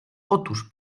otóż